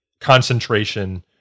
concentration